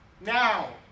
Now